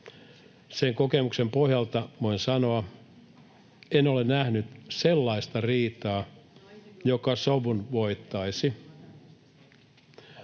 Sen kokemuksen pohjalta voin sanoa: en ole nähnyt sellaista riitaa, joka sovun voittaisi.